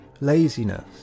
laziness